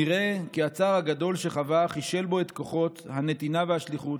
נראה כי הצער הגדול שחווה חישל בו את כוחות הנתינה והשליחות,